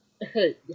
Hey